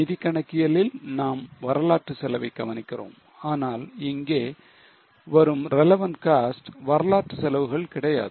நிதிக் கணக்கியலில் நாம் வரலாற்று செலவை கவனிக்கிறோம் ஆனால் இங்கே வரும் relevant cost வரலாற்று செலவுகள் கிடையாது